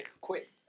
quit